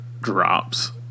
drops